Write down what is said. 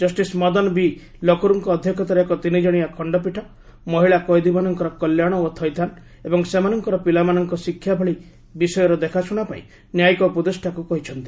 justice Madan B ଲୋକୁର୍ଙ୍କ ଅଧ୍ୟକ୍ଷତାରେ ଏକ ତିନିକଣିଆ ଖଣ୍ଡପୀଠ ମହିଳା କଏଦୀମାନଙ୍କର କଲ୍ୟାଣ ଓ ଥଇଥାନ ଏବଂ ସେମାନଙ୍କର ପିଲାମାନଙ୍କ ଶିକ୍ଷା ଭଳି ବିଷୟର ଦେଖାଶ୍ରଣାପାଇଁ ନ୍ୟାୟିକ ଉପଦେଷ୍ଟାକୁ କହିଛନ୍ତି